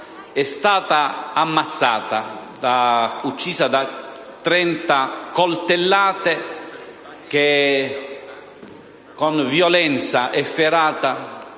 è stata ammazzata, uccisa da 30 coltellate, inferte che con violenza efferata